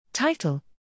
Title